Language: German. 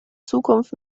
zukunft